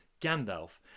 Gandalf